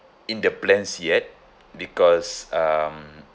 in the plans yet because um